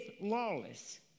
lawless